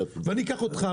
ואני אקח אותך,